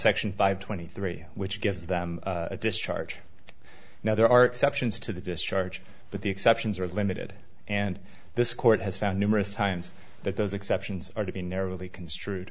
section five twenty three which gives them a discharge now there are exceptions to the discharge but the exceptions are limited and this court has found numerous times that those exceptions are to be narrowly construed